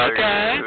Okay